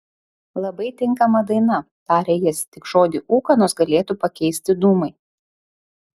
labai tinkama daina tarė jis tik žodį ūkanos galėtų pakeisti dūmai